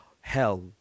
hell